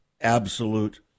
absolute